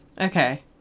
Okay